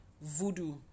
voodoo